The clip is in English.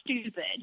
stupid